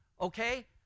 Okay